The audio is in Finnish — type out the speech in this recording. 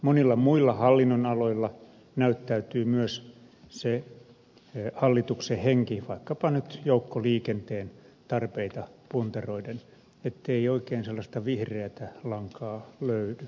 monilla muilla hallinnonaloilla jos nyt vaikkapa joukkoliikenteen tarpeita puntaroi näyttäytyy myös se hallituksen henki ettei oikein sellaista vihreätä lankaa löydy